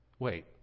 Wait